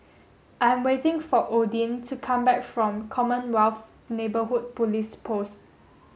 I'm waiting for Odin to come back from Commonwealth Neighbourhood Police Post